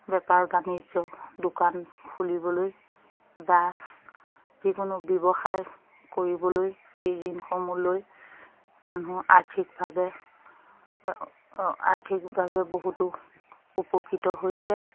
বেপাৰ বাণিজ্য দোকান খুলিবলৈ বা যিকোনো ব্যৱসায় কৰিবলৈ এই ঋণসমূহ লৈ মানুহ আৰ্থিকভাৱে আৰ্থিকভাৱে বহুতো উপকৃত হৈছে